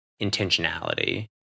intentionality